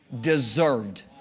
deserved